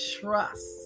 trust